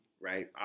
right